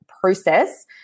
process